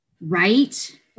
Right